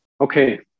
Okay